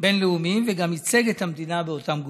בין-לאומיים וגם ייצג את המדינה באותם גופים.